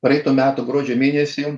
praeitų metų gruodžio mėnesį